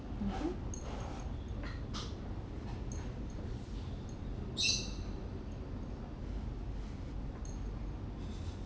mmhmm